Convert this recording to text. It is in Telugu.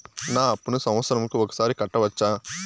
నా అప్పును సంవత్సరంకు ఒకసారి కట్టవచ్చా?